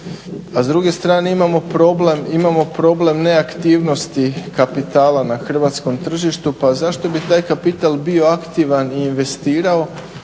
a s druge strane imamo problem neaktivnosti kapitala na hrvatskom tržištu pa zašto bi taj kapital bio aktivan i investirao